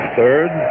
third